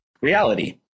reality